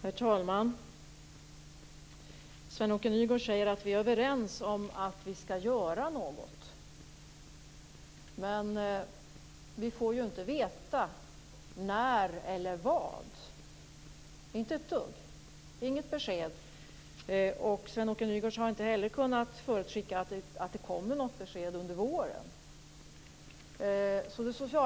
Herr talman! Sven-Åke Nygårds säger att vi är överens om att vi skall göra någonting. Men vi får inte veta ett dugg om när eller vad, inget besked. Sven Åke Nygårds har inte heller kunnat förutskicka att det kommer något besked under våren.